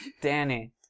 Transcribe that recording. Danny